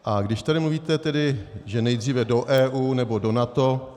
A když tady mluvíte, že nejdřív do EU nebo do NATO